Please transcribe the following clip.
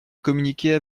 communiquer